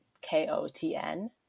K-O-T-N